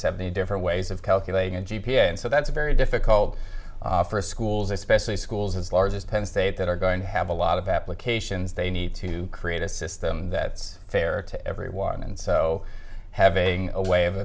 seventy different ways of calculating a g p a and so that's very difficult for schools especially schools as large as penn state that are going to have a lot of applications they need to create a system that's fair to everyone and so having a way of